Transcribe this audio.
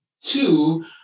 Two